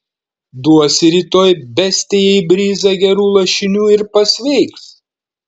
duosi rytoj bestijai bryzą gerų lašinių ir pasveiks